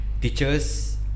Teachers